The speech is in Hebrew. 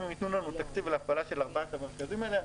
אם הם יתנו לנו תקציב להפעלת ארבעת המרכזים האלה,